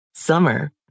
Summer